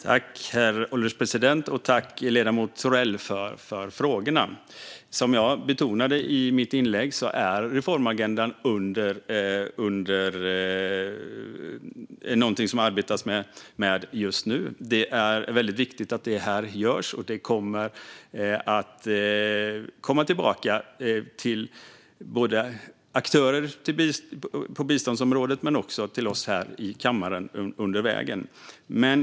Herr ålderspresident! Jag tackar ledamoten Thorell för frågorna. Som jag betonade i mitt inlägg är reformagendan något som det arbetas med just nu. Det är väldigt viktigt att detta görs, och det kommer att komma tillbaka både till aktörer på biståndsområdet och till oss här i kammaren längs vägen.